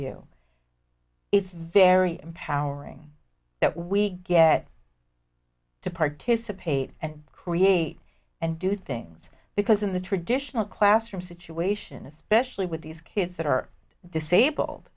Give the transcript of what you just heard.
you it's very empowering that we get to participate and create and do things because in the traditional classroom situation especially with these kids that are disabled